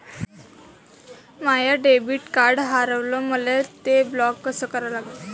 माय debit card हारवलं, मले ते ब्लॉक कस करा लागन?